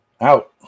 out